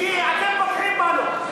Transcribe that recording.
כי אתם פוגעים בנו.